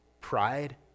pride